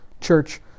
church